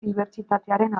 dibertsitatearen